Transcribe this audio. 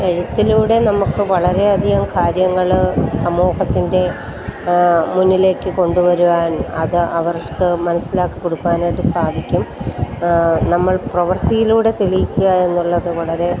എഴുത്തിലൂടെ നമുക്ക് വളരേയധികം കാര്യങ്ങൾ സമൂഹത്തിൻ്റെ മുന്നിലേക്ക് കൊണ്ടുവരുവാൻ അത് അവർക്ക് മനസ്സിലാക്കിക്കൊടുക്കുവാനായിട്ട് സാധിക്കും നമ്മൾ പ്രവർത്തിയിലൂടെ തെളിയിക്കുക എന്നുള്ളത് വളരെ